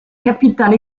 capitale